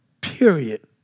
period